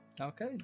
okay